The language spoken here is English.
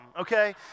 okay